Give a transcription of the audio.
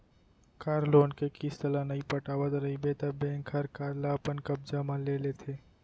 car loan के किस्त ल नइ पटावत रइबे त बेंक हर कार ल अपन कब्जा म ले लेथे